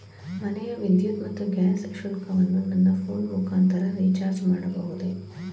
ಮನೆಯ ವಿದ್ಯುತ್ ಮತ್ತು ಗ್ಯಾಸ್ ಶುಲ್ಕವನ್ನು ನನ್ನ ಫೋನ್ ಮುಖಾಂತರ ರಿಚಾರ್ಜ್ ಮಾಡಬಹುದೇ?